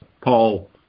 Paul